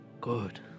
Good